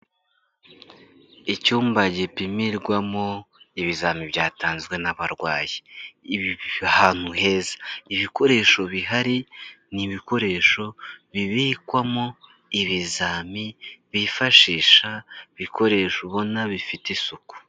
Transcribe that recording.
Icyumba gipimirwamo ibizami byatanzwe n'abarwayi, ahantu heza, ibikoresho bihari ni ibikoresho bibikwamo ibizami bifashisha, ibikoresho ubona bifite isuku.